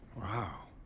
wow.